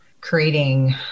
creating